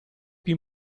più